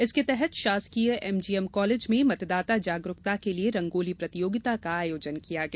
इसके तहत शासकीय एमजीएम कॉलेज में मतदाता जागरूकता के लिए रंगोली प्रतियोगिता का आयोजन किया गया